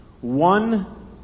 One